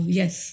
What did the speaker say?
yes